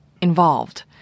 involved